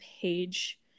page